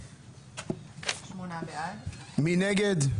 8. מי נגד?